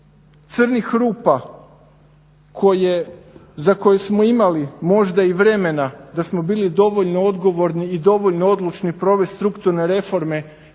crnih rupa koje za koje smo imali možda i vremena da smo bili dovoljno odgovorni i dovoljno odlučni provest strukturne reforme